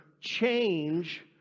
change